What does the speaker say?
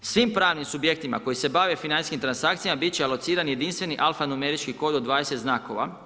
Svim pravnim subjektima koji se bave financijskim transakcijama biti će alocirani jedinstveni alfanumerički kod od 20 znakova.